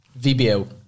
VBL